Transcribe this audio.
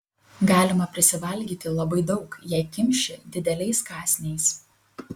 galima prisivalgyti labai daug jei kimši dideliais kąsniais